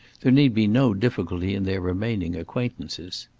there need be no difficulty in their remaining acquaintances.